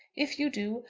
if you do,